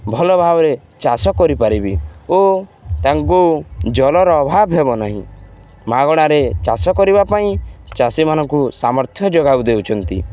ଭଲ ଭାବରେ ଚାଷ କରିପାରିବି ଓ ତାଙ୍କୁ ଜଳର ଅଭାବ ହେବ ନାହିଁ ମାଗଣାରେ ଚାଷ କରିବା ପାଇଁ ଚାଷୀମାନଙ୍କୁ ସାମର୍ଥ୍ୟ ଯୋଗ ଦେଉଛନ୍ତି